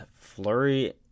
Flurry